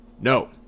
No